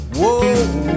whoa